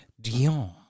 Dion